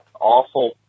awful